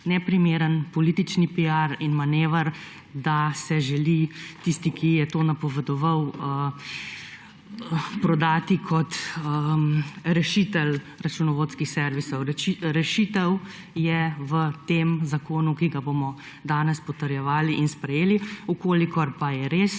neprimeren, politični piar in manever, da se želi tisti, ki je to napovedoval, prodati kot rešitelj računovodskih servisov. Rešitev je v tem zakonu, ki ga bomo danes potrjevali in sprejeli. Če pa je res,